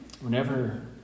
Whenever